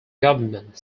government